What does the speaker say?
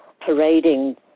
parading